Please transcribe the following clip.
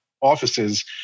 offices